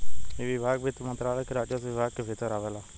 इ विभाग वित्त मंत्रालय के राजस्व विभाग के भीतर आवेला